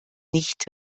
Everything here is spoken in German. nicht